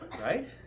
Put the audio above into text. right